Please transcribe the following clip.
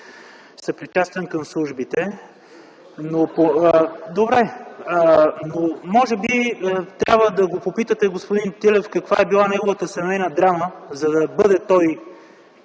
съпричастен към службите. Добре, но може би трябва да попитате господин Тилев каква е била неговата семейна драма, за да бъде той